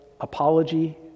apology